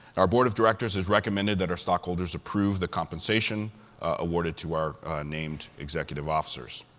our board of directors has recommended that our stockholders approve the compensation awarded to our named executive officers.